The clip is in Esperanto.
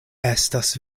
estas